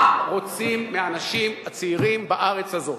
מה רוצים מהאנשים הצעירים בארץ הזאת?